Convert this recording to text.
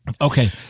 Okay